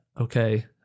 okay